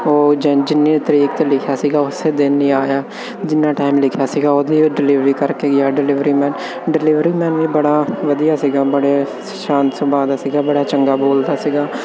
ਉਹ ਜ ਜਿੰਨੀ ਤਰੀਕ 'ਤੇ ਲਿਖਿਆ ਸੀਗਾ ਉਸ ਦਿਨ ਹੀ ਆਇਆ ਜਿੰਨਾ ਟਾਈਮ ਲਿਖਿਆ ਸੀਗਾ ਉਹਦੀ ਡਿਲੀਵਰੀ ਕਰਕੇ ਗਿਆ ਡਿਲੀਵਰੀਮੈਨ ਡਿਲੀਵਰੀਮੈਨ ਵੀ ਬੜਾ ਵਧੀਆ ਸੀਗਾ ਬੜੇ ਸ਼ਾਂਤ ਸੁਭਾਅ ਦਾ ਸੀਗਾ ਬੜਾ ਚੰਗਾ ਬੋਲਦਾ ਸੀਗਾ